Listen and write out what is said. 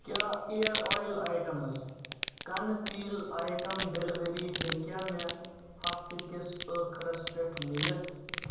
کیٛاہ اِیر اَویِل ایٚٹمٕز کنہٕ تیٖل اَیٹم ڈیلیوری ہیٚکیٛاہ مےٚ ہفتہٕ کِس ٲخٕرَس پیٚٹھ میٖلِتھ